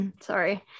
sorry